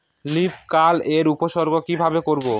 Leaf curl এর উপসর্গ কিভাবে করব?